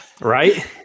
Right